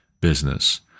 business